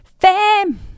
Fam